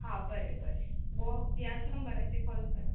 हा बरें बरें वो ह्याच नंबराचे कॉल करा